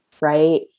right